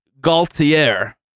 Gaultier